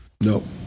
No